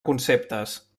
conceptes